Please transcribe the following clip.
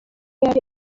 yari